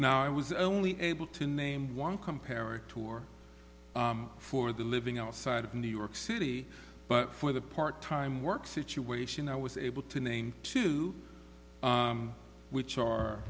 now i was only able to name one comparative or for the living outside of new york city but for the part time work situation i was able to name two which are